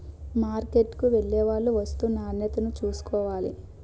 మార్కెట్కు వెళ్లేవాళ్లు వస్తూ నాణ్యతను చూసుకోవాలి